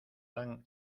tan